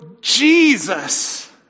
Jesus